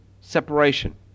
separation